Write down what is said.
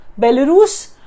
Belarus